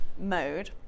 mode